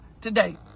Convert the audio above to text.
today